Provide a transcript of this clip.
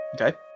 Okay